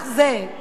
כך אני משוכנעת,